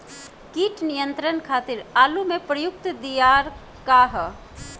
कीट नियंत्रण खातिर आलू में प्रयुक्त दियार का ह?